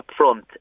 upfront